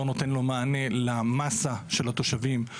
לא נותן לו מענה למסה של התושבים,